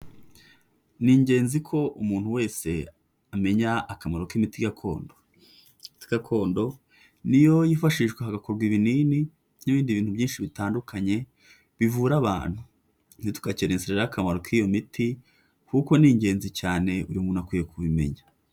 Ni ingenzi ko umuntu wese amenya akamaro k'imiti gakondo, imiti gakondo ni yo yifashishwa hagakorwa ibinini n'ibindi bintu byinshi bitandukanye bivura abantu, ntitugakerense rero akamaro k'iyo miti, kuko ni ingenzi cyane buri muntu akwiye kubimenya.